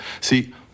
See